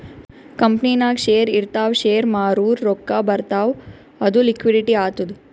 ಕಂಪನಿನಾಗ್ ಶೇರ್ ಇರ್ತಾವ್ ಶೇರ್ ಮಾರೂರ್ ರೊಕ್ಕಾ ಬರ್ತಾವ್ ಅದು ಲಿಕ್ವಿಡಿಟಿ ಆತ್ತುದ್